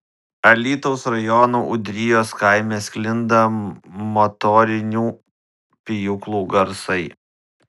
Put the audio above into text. alytaus rajono ūdrijos kaime sklinda motorinių pjūklų garsai